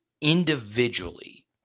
individually